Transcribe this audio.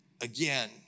again